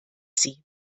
sie